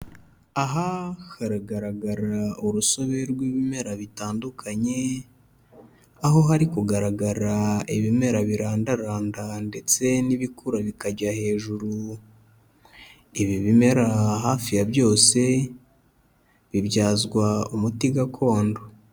Aha haragaragara urusobe rw'ibimera bitandukanye, aho hari kugaragara ibimera birandaranda ndetse n'ibikura bikajya hejuru, ibi bimera hafi ya byose bibyazwa umuti gakondo.